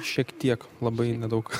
šiek tiek labai nedaug